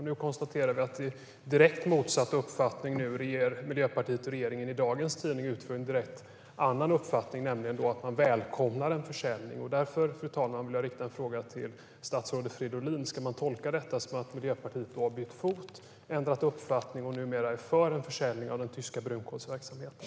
Nu kan vi konstatera att Miljöpartiet och regeringen i dagens tidning ger uttryck för en direkt motsatt uppfattning. Man välkomnar en försäljning. Därför riktar jag min fråga till statsrådet Fridolin: Ska man tolka detta som att Miljöpartiet har bytt fot, ändrat uppfattning och numera är för en försäljning av den tyska brunkolsverksamheten?